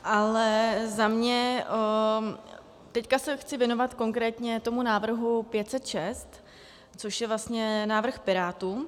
Ale za mě, teď se chci věnovat konkrétně tomu návrhu 506, což je vlastně návrh Pirátů.